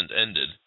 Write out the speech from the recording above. ended